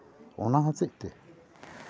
ᱚᱱᱟ ᱦᱚᱛᱮᱫ ᱛᱮ